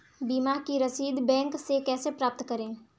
बीमा की रसीद बैंक से कैसे प्राप्त करें?